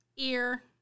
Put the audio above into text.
Ear